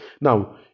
Now